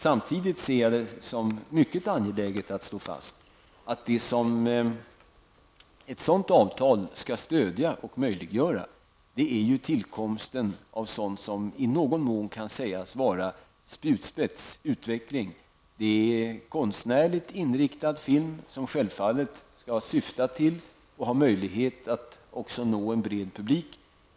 Samtidigt ser jag det som mycket angeläget att slå fast att det som ett sådant avtal skall stödja och möjliggöra är tillkomsten av sådant som i någon mån kan sägas vara en spjutspets och en utveckling. Det är konstnärligt inriktad film som självfallet skall syfta till och ha möjlighet att också nå en bred publik.